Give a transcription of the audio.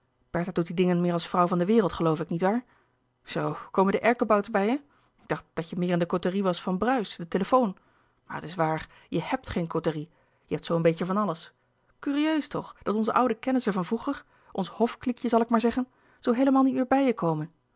bertha doet die dingen meer als vrouw van de wereld geloof ik niet waar zoo komen de erkenbouts bij je ik dacht dat je meer in de côterie was van bruis de telefoon maar het is waar je h e b t geen côterie je hebt zoo een beetje van alles curieus toch dat onze oude kennissen van vroeger ons hofkliekje zal ik maar zeggen zoo heelemaal niet meer bij je komen